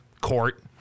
Court